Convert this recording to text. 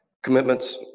Commitments